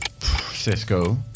Cisco